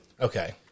Okay